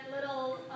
little